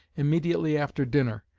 immediately after dinner,